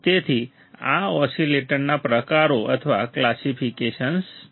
તેથી આ ઓસિલેટરના પ્રકારો અથવા ક્લાસિફિકેશન્સ છે